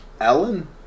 Ellen